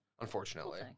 unfortunately